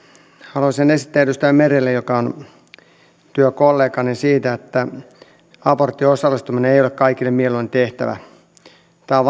haluaisin esittää edustaja merelle joka on työkollegani siitä että aborttiin osallistuminen ei ei ole kaikille mieluinen tehtävä tämä on